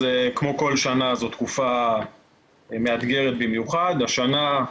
טובות לציבור שבאמת זקוק ומחכה לפתרון לבעיה שנקלענו אליה.